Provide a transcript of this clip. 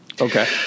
Okay